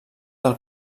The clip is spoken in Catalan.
del